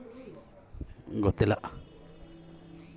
ಹಿಂದುಳಿದ ವರ್ಗದವರಿಗೆ ಇರುವ ಯೋಜನೆಗಳು ಏನು?